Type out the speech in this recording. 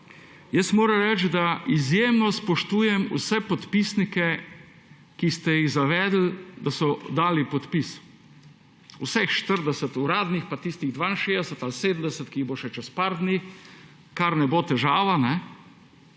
Moram reči, da izjemno spoštujem vse podpisnike, ki ste jih zavedli, da so dali podpis. Vseh 40 uradnih pa tistih 62 ali 70, ki jih bo še čez par dni, kar ne bo težava. Jaz